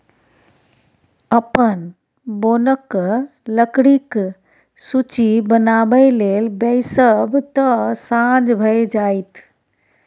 अपन बोनक लकड़ीक सूची बनाबय लेल बैसब तँ साझ भए जाएत